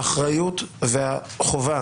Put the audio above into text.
האחריות והחובה